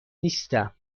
نیستم